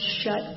shut